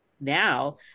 now